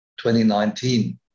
2019